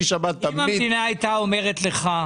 אם המדינה הייתה אומרת לך: